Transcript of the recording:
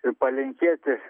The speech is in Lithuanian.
ir palinkėti